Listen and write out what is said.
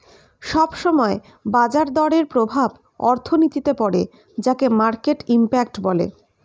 সব সময় বাজার দরের প্রভাব অর্থনীতিতে পড়ে যাকে মার্কেট ইমপ্যাক্ট বলে